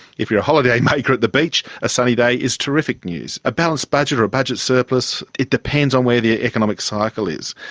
if you're a holidaymaker at the beach, a sunny day is terrific news. a balanced budget or a budget surplus, it depends on where the economic cycle is.